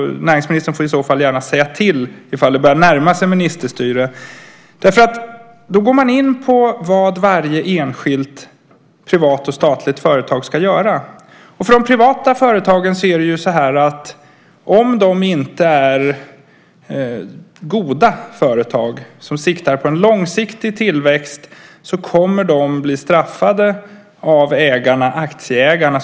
Näringsministern får i så fall säga till om det börjar närma sig ministerstyre. Då går man in på vad varje enskilt privat och statligt företag ska göra. För de privata företagen gäller att om de inte är "goda" företag, som siktar på en långsiktig tillväxt, kommer de att bli straffade av aktieägarna.